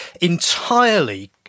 entirely